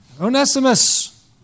Onesimus